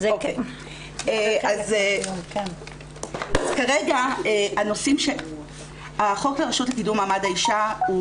אז כרגע הרשות לקידום מעמד האישה,